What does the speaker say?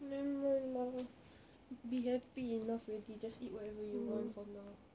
nevermind lah be happy enough already just eat whatever you want for now